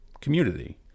community